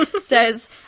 says